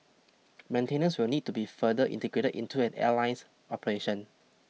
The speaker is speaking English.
maintenance will need to be further integrated into an airline's operation